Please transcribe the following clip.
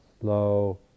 slow